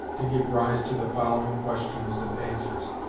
to give rise to the following questions and answers,